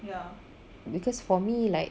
because for me like